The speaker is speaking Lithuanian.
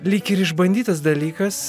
lyg ir išbandytas dalykas